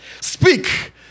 speak